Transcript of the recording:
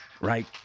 right